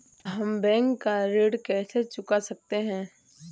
हम बैंक का ऋण कैसे चुका सकते हैं?